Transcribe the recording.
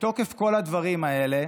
מתוקף כל הדברים האלה,